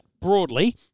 broadly